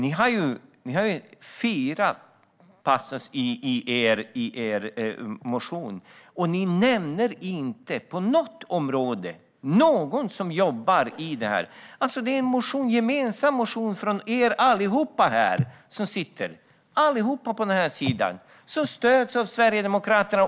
Ni har fyra passusar i er motion, men ni nämner inte på något område någon som jobbar i denna näring. Det är en gemensam motion från alla partier på er sida, och den stöds av Sverigedemokraterna.